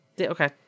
Okay